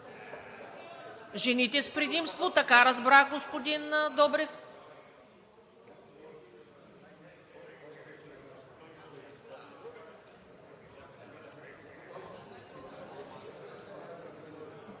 Жените с предимство, така разбрах, господин Добрев.